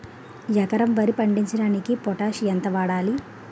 ఎకరం వరి పండించటానికి పొటాష్ ఎంత వాడాలి?